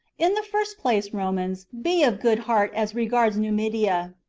in the first place, romans, be of good heart as regards numidia.